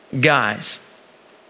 guys